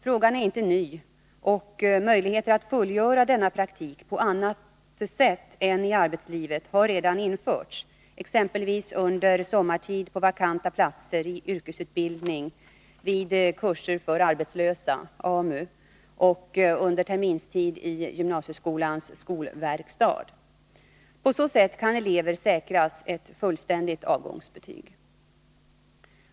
Frågan är inte ny, och möjligheter att fullgöra denna praktik på annat sätt än i arbetslivet har redan införts, exempelvis under sommartid på vakanta platser i yrkesutbildning vid kurser för arbetslösa eller under terminstid i gymnasieskolans skolverkstad. På så sätt kan eleverna tillförsäkras ett fullständigt avgångsbetyg.